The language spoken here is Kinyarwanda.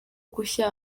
gushya